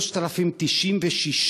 2. חשוב להדגיש: